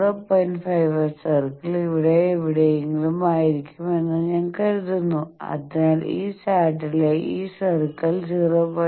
55 circle ഇവിടെ എവിടെയെങ്കിലും ആയിരിക്കും എന്ന് ഞാൻ കരുതുന്നു അതിനാൽ ഈ ചാർട്ടിലെ ഈ സർക്കിൾ 0